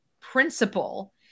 principle